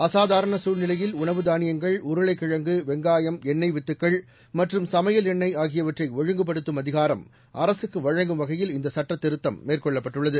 அசாதாரண சூழ்நிலையில் உணவு தானியங்கள் உருளைக் கிழங்கு வெங்காயம் எண்ணெய் வித்துக்கள் மற்றும் சமையல் எண்ணெய் ஆகியவற்றை ஒழுங்குபடுத்தும் அதிகாரம் அரசுக்கு வழங்கும் வகையில் இந்த சுட்ட திருத்தம் மேற்கொள்ளப்பட்டுள்ளது